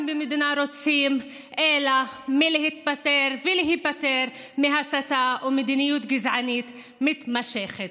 במדינה רוצים אלא להיפטר מהסתה וממדיניות גזענית מתמשכת?